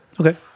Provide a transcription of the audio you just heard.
Okay